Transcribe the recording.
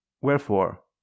Wherefore